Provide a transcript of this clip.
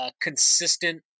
consistent